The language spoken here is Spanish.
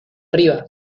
arriba